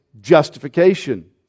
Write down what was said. justification